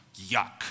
yuck